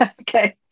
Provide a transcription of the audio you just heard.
okay